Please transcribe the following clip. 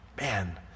Man